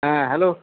हा हॅलो